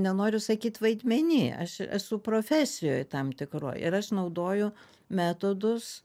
nenoriu sakyt vaidmeny aš esu profesijoj tam tikroj ir aš naudoju metodus